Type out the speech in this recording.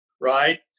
right